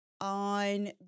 on